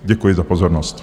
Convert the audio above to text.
Děkuji za pozornost.